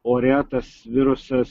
ore tas virusas